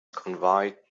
conveyed